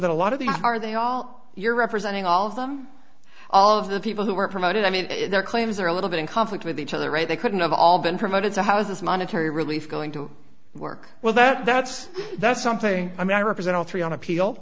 that a lot of these are they all you're representing all of them all of the people who were promoted i mean their claims are a little bit in conflict with each other right they couldn't have all been promoted so how is this monetary relief going to work well that that's that's something i mean i represent all three on appeal